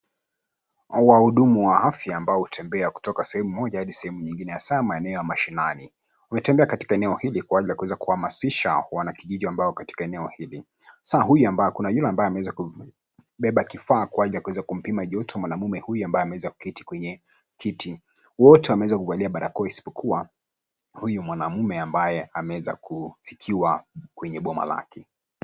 Ni wahudumu wa afya ambao hutembea kutoka sehemu moja hadi sehemu nyingine, hasa maeneo ya mashinani. Wametembea katika eneo hili kwa ajili ya kuweza kuhamasisha wanakijiji, ambao wako katika eneo hili. Hasa huyu ambaye, kuna yule ambaye ameweza kubeba kifaa, kwa ajili ya kuweza kumpima joto mwanaume huyu, ambaye ameweza kuketi kwenye kiti. Wote wameweza kuvalia barakoa, isipokua huyu mwanaume ambaye, ameweza kufikiwa kwenye boma lake.